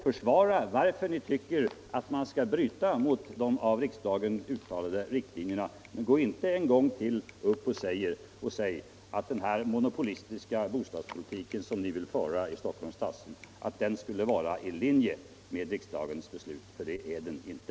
Försvara varför ni tycker att man skall bryta mot de av riksdagen uttalade riktlinjerna! Men säg inte en gång till att den monopolistiska bostadspolitik som ni i Stockholms stadshus vill föra skulle vara i linje med riksdagens beslut, för det är den inte.